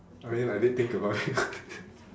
I mean I did think about it